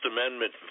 Amendment